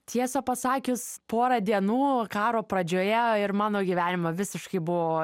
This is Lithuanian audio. tiesa pasakius porą dienų karo pradžioje ir mano gyvenimą visiškai buvo